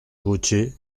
gautier